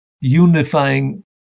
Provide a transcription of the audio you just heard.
unifying